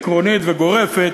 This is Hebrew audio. עקרונית וגורפת,